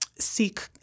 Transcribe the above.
seek